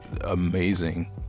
amazing